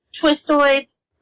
Twistoids